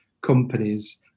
companies